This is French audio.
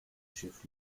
chef